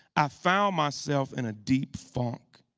i found myself in a deep funk.